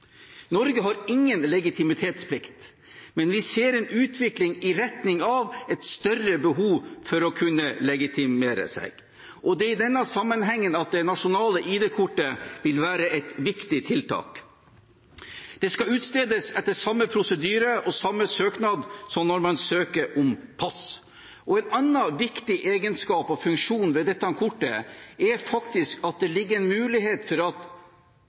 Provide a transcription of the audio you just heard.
Norge har ingen legitimasjonsplikt, men vi ser en utvikling i retning av et større behov for å kunne legitimere seg. Det er i denne sammenhengen at det nasjonale ID-kortet vil være et viktig tiltak. Det skal utstedes etter samme prosedyre og samme søknad som når man søker om pass. En annen viktig egenskap og funksjon ved dette kortet er faktisk at det ligger en mulighet for at